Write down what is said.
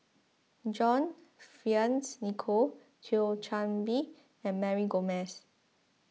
John Fearns Nicoll Thio Chan Bee and Mary Gomes